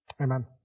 amen